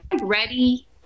ready